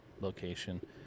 location